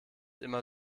immer